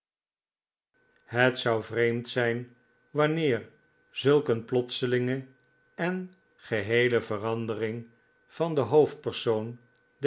het zou vreemd zy'n wanneer zulk een plotselinge en geheele verandering van den hoofdpersoon